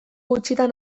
gutxitan